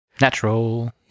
natural